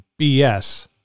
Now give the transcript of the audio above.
BS